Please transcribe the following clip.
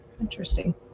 Interesting